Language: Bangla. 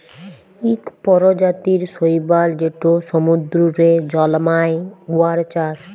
ইক পরজাতির শৈবাল যেট সমুদ্দুরে জল্মায়, উয়ার চাষ